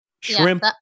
Shrimp